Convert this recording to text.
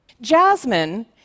Jasmine